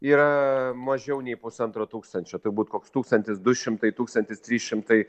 yra mažiau nei pusantro tūkstančio turbūt koks tūkstantis du šimtai tūkstantis trys šimtai